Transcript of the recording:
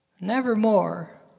Nevermore